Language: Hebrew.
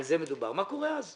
מה קורה אז?